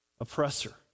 oppressor